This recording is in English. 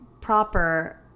proper